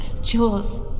Jules